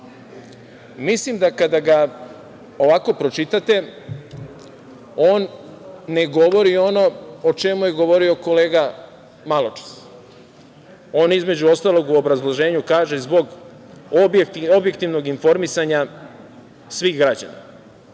mislim da kada ga ovako pročitate, on ne govori ono o čemu je govorio kolega maločas. On, između ostalog, u obrazloženju kaže – zbog objektivnog informisanja svih građana.